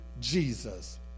Jesus